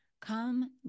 Come